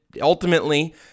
ultimately